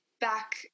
back